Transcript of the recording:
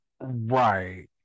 Right